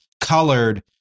colored